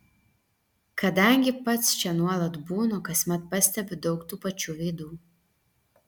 kadangi pats čia nuolat būnu kasmet pastebiu daug tų pačių veidų